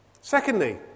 Secondly